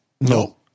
No